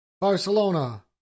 Barcelona